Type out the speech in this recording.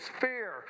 fear